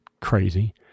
crazy